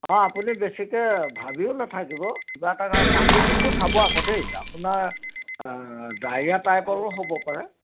আপুনি বেছিকে ভাবিও নাথাকিব কিবা এটা কাৰণ পানী কিন্তু খাব আকৌ দেই আপোনাৰ ডাইৰিয়া টাপৰো হ'ব পাৰে